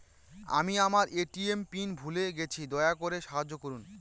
আমি আমার ATM PIN ভুলে গেছি, দয়া করে সাহায্য করুন